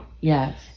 Yes